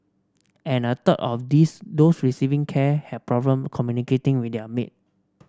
and a third of these receiving care had problem communicating with their maid